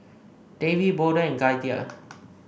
Davey Bolden and Gaither